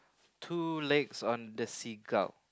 two legs on the seagull